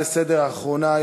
לא,